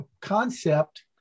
concept